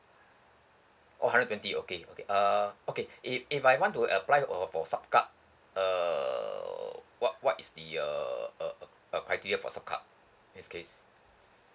oh hundred twenty okay okay err okay if if I want to apply or for sub card err what what is the err uh uh uh criteria for sub card this case